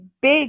big